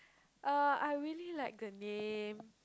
uh I really like the name